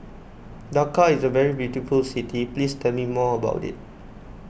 Dakar is a very beautiful city please tell me more about it